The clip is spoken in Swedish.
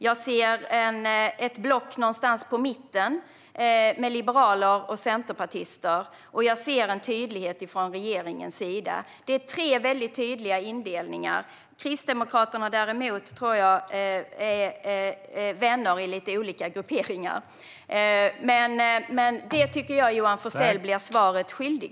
Jag ser ett block någonstans i mitten med liberaler och centerpartister. Och så ser jag en tydlighet från regeringens sida. Det är en indelning i tre väldigt tydliga block, även om jag tror att Kristdemokraterna har vänner i lite olika grupperingar. Här tycker jag att Johan Forssell blir svaret skyldig.